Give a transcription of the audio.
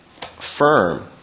firm